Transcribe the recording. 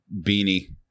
beanie